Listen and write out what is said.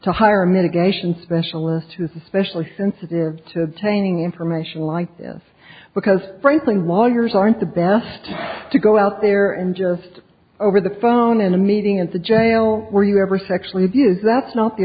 to hire mitigation specialist who is especially sensitive to training information like this because frankly lawyers aren't the best to go out there in just over the phone in a meeting at the jail were you ever sexually abuse that's not the